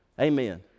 Amen